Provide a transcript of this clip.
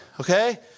Okay